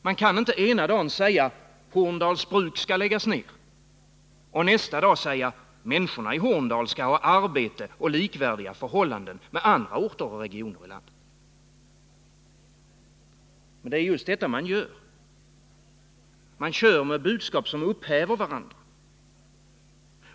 Man kan inte ena dagen säga: Horndals bruk skall läggas ner — och nästa dag säga: Människorna i Horndal skall ha arbete och likvärdiga förhållanden med andra orter och regioner. Men det är just detta man gör. Man kör med budskap som upphäver varandra.